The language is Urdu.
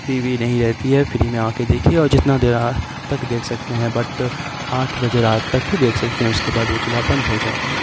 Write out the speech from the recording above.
فی وی نہیں رہتی ہے فری میں آ کے دیکھیے اور جتنا دیر تک دیکھ سکتے ہیں بٹ آٹھ بجے رات تک ہی دیکھ سکتے ہیں اس کے بعد وہ قلعہ بند ہو جاتی